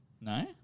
No